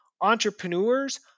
entrepreneurs